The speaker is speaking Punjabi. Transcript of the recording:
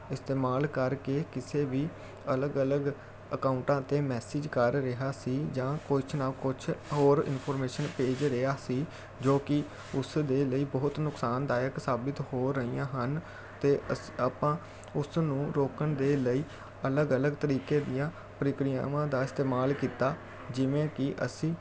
ਇਸਤੇਮਾਲ ਕਰਕੇ ਕਿਸੇ ਵੀ ਅਲੱਗ ਅਲੱਗ ਅਕਾਊਂਟਾਂ 'ਤੇ ਮੈਸੇਜ ਕਰ ਰਿਹਾ ਸੀ ਜਾਂ ਕੁਝ ਨਾ ਕੁਝ ਹੋਰ ਇਨਫੋਰਮੇਸ਼ਨ ਭੇਜ ਰਿਹਾ ਸੀ ਜੋ ਕਿ ਉਸ ਦੇ ਲਈ ਬਹੁਤ ਨੁਕਸਾਨਦਾਇਕ ਸਾਬਿਤ ਹੋਰ ਰਹੀਆਂ ਹਨ ਅਤੇ ਇਸ ਆਪਾਂ ਉਸ ਨੂੰ ਰੋਕਣ ਦੇ ਲਈ ਅਲੱਗ ਅਲੱਗ ਤਰੀਕੇ ਦੀਆਂ ਪ੍ਰੀਕਿਰਿਆਵਾਂ ਦਾ ਇਸਤੇਮਾਲ ਕੀਤਾ ਜਿਵੇਂ ਕਿ ਅਸੀਂ